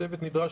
הצוות נדרש